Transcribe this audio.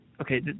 Okay